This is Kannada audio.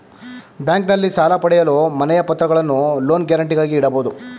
ಬ್ಯಾಂಕ್ನಲ್ಲಿ ಸಾಲ ಪಡೆಯಲು ಮನೆಯ ಪತ್ರಗಳನ್ನು ಲೋನ್ ಗ್ಯಾರಂಟಿಗಾಗಿ ಇಡಬಹುದು